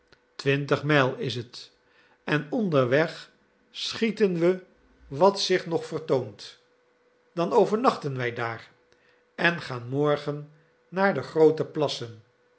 twintig mijl is t en onderweg schieten we wat zich nog vertoont dan overnachten wij daar en gaan morgen naar de groote plassen